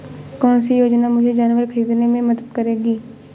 कौन सी योजना मुझे जानवर ख़रीदने में मदद करेगी?